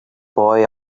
boy